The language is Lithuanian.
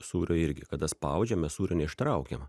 sūrio irgi kada spaudžiam mes sūrio neištraukiam